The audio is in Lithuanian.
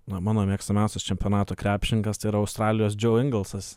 na mano mėgstamiausias čempionato krepšininkas tai yra australijos džeu engelsas